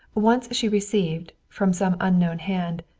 once she received, from some unknown hand,